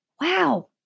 Wow